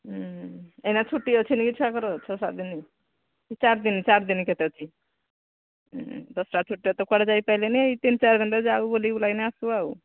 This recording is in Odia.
ଏଇନା ଛୁଟି ଅଛି ନି କି ଛୁଆଙ୍କର ଛଅ ସାତ ଦିନି ଚାରି ଦିନ ଚାରି ଦିନି କେତେ ଅଛି ଦଶରା ଛୁଟିଟା ତ କୁଆଡ଼େ ଯାଇପାଇଲେନି ଏଇ ତିନି ଚାରି ଦିନରେ ଯାଉ ବୁଲିବୁଲାକିନି ଆସିବୁ ଆଉ